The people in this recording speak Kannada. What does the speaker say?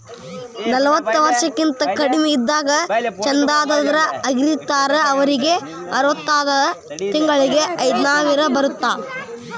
ನಲವತ್ತ ವರ್ಷಕ್ಕಿಂತ ಕಡಿಮಿ ಇದ್ದಾಗ ಚಂದಾದಾರ್ ಆಗಿರ್ತಾರ ಅವರಿಗ್ ಅರವತ್ತಾದಾಗ ತಿಂಗಳಿಗಿ ಐದ್ಸಾವಿರ ಬರತ್ತಾ